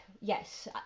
yes